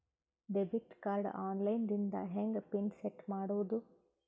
Debit card online ದಿಂದ ಹೆಂಗ್ pin set ಮಾಡೋದು?